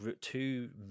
two